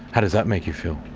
how does that make you feel?